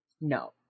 no